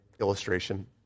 illustration